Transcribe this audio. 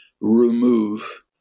remove